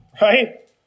Right